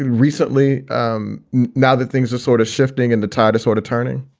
recently um now that things are sort of shifting in the tide of sort of turning?